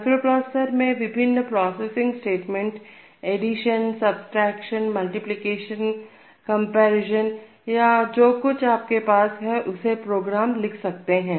microprocessor में विभिन्न processing statement addition subtraction multiplication comparison या जो कुछ आपके पास है उससे प्रोग्राम लिख सकते हैं